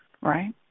right